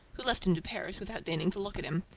who left him to perish, without deigning to look at him.